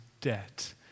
debt